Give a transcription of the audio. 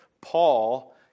Paul